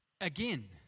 Again